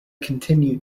continue